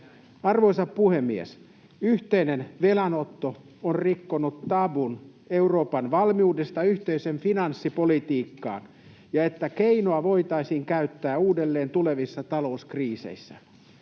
Arvoisa puhemies! Yhteinen velanotto on rikkonut tabun Euroopan valmiudesta yhteiseen finanssipolitiikkaan ja siihen, että keinoa voitaisiin käyttää uudelleen tulevissa talouskriiseissä.